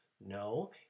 No